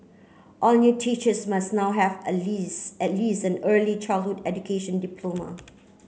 all new teachers must now have a least at least an early childhood education diploma